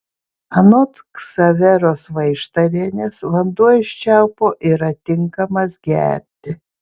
anot ksaveros vaištarienės vanduo iš čiaupo yra tinkamas gerti